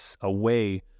away